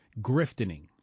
griftening